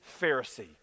Pharisee